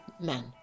men